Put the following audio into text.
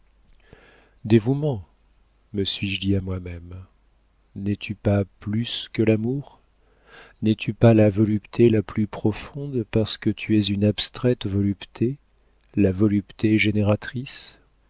dévouement me suis-je dit à moi-même n'es-tu pas plus que l'amour n'es-tu pas la volupté la plus profonde parce que tu es une abstraite volupté la volupté génératrice